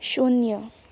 शून्य